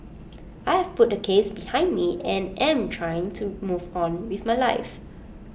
I have put the case behind me and am trying to move on with my life